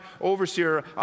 overseer